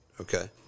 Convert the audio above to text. Okay